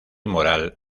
moral